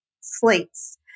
slates